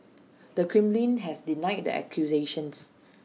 the Kremlin has denied the accusations